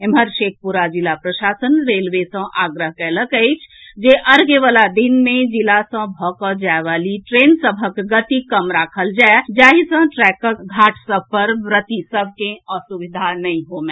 एम्हर शेखपुरा जिला प्रशासन रेलवे सँ आग्रह कयलक अछि जे अर्ध्य वला दिन मे जिला सँ भऽ कऽ जाय वाली ट्रेन सभक गति कम राखल जाय जाहि सँ ट्रैकक लऽग वला छठि घाट सभ पर व्रति सभ कैं असुविधा नहि होए